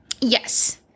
Yes